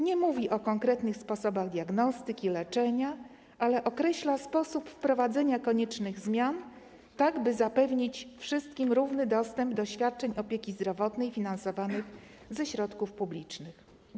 Nie mówi o konkretnych sposobach diagnostyki, leczenia, ale określa sposób wprowadzenia koniecznych zmian tak, by zapewnić wszystkim równy dostęp do świadczeń opieki zdrowotnej finansowanych ze środków publicznych.